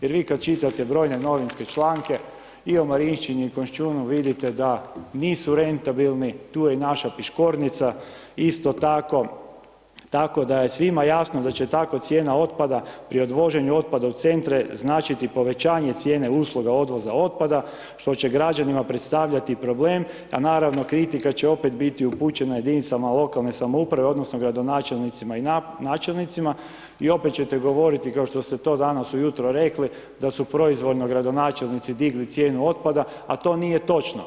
Jer vi kad čitate brojne novinske članke i o Marinščini i Konjšćunu vidite da nisu rentabilni, tu je i naša Piškornica isto tako, tako da je svima jasno da će tako cijena otpada pri odvoženju otpada u centre značiti povećanje cijene usluge odvoza otpada, što će građanima predstavljati problem, a naravno kritika će opet biti upućena jedinicama lokalne samouprave, odnosno gradonačelnicima i načelnicima i opet ćete govoriti kao što ste to danas ujutro rekli da su proizvoljno gradonačelnici digli cijenu otpada, a to nije točno.